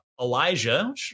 Elijah